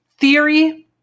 theory